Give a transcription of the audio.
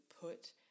put